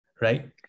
right